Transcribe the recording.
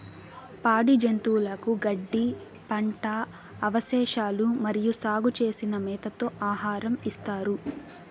పాడి జంతువులకు గడ్డి, పంట అవశేషాలు మరియు సాగు చేసిన మేతతో ఆహారం ఇస్తారు